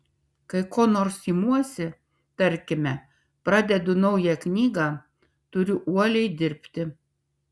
kai ko nors imuosi tarkime pradedu naują knygą turiu uoliai dirbti